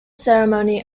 ceremony